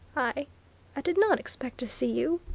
i i did not expect to see you.